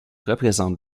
représente